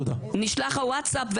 נשלח ווטסאפ,